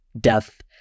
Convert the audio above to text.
death